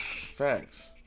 Facts